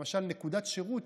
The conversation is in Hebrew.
למשל נקודת שירות,